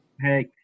Hey